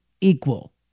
equal